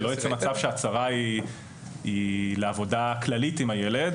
שלא יצא מצב שההצהרה היא לעבודה כללית עם הילד